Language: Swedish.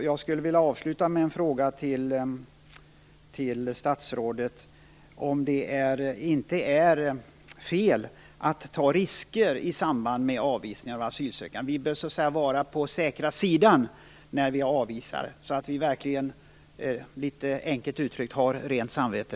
Jag skulle vilja avsluta med att fråga statsrådet om det inte är fel att ta risker i samband med avvisningar och asylansökningar, dvs. att vi bör vara på den säkra sidan när vi avvisar människor, så att vi verkligen, enkelt uttryckt, har rent samvete.